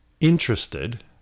interested